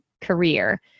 career